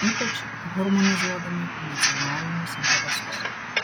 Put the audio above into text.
ypač harmonizuodami nacionalinius interesus